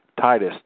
Titus